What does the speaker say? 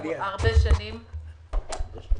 נכון,